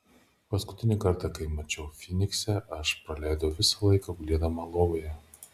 paskutinį kartą kai ją mačiau fynikse aš praleidau visą laiką gulėdama lovoje